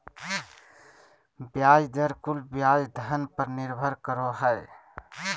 ब्याज दर कुल ब्याज धन पर निर्भर करो हइ